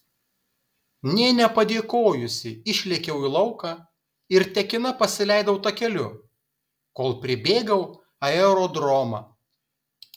nė nepadėkojusi išlėkiau į lauką ir tekina pasileidau takeliu kol pribėgau aerodromą